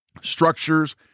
structures